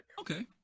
Okay